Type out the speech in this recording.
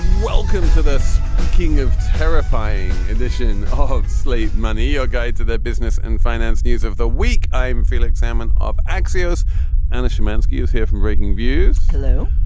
welcome to this king of terrifying edition of slate. money ah guide to the business and finance news of the week. i'm felix salmon of axios and the shymansky is here from breakingviews hello,